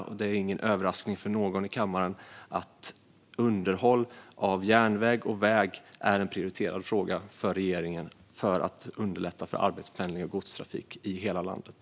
Och det är ingen överraskning för någon i kammaren att underhåll av järnväg och väg är en prioriterad fråga för regeringen för att man ska underlätta för arbetspendling och godstrafik i hela landet.